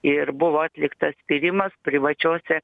ir buvo atliktas tyrimas privačiose